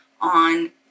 on